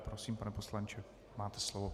Prosím, pane poslanče, máte slovo.